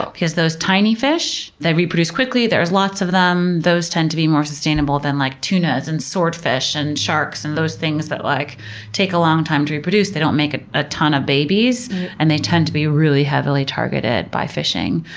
ah because those tiny fish that reproduce quickly, there's lots of them, those tend to be more sustainable than like tunas and swordfish and sharks and those things that like take a long time to reproduce. they don't make ah a ton of babies and they tend to be really heavily targeted by fishing.